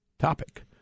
topic